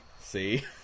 See